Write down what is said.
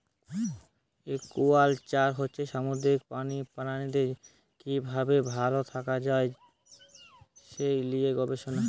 aquaculture হচ্ছে সামুদ্রিক প্রাণীদের কি ভাবে ভাল থাকা যায় সে লিয়ে গবেষণা